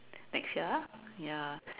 next year ah ya